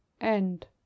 End